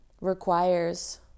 requires